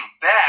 back